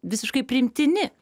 visiškai priimtini